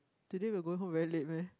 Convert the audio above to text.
today we're going home very late meh